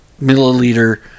milliliter